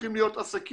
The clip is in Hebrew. הולכות להיות עסקים